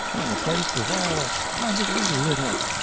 and the place was all splendidly lit up!